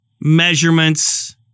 measurements